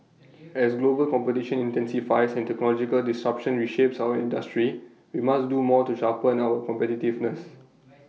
as global competition intensifies and technological disruption reshapes our industry we must do more to sharpen our competitiveness